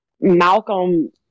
Malcolm